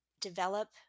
develop